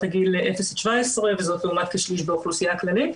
הגיל 0-17 וזאת לעומת כשליש באוכלוסייה הכללית,